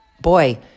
boy